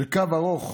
של קו ארוך